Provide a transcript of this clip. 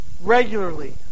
regularly